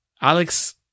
Alex